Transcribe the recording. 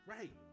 Right